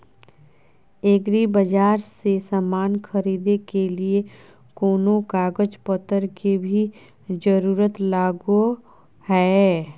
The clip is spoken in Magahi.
एग्रीबाजार से समान खरीदे के लिए कोनो कागज पतर के भी जरूरत लगो है?